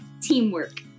Teamwork